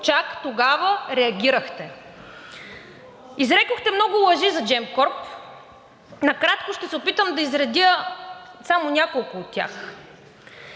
Чак тогава реагирахте. Изрекохте много лъжи за Gemcorp. Накратко ще се опитам да изредя само няколко от тях.